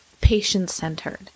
patient-centered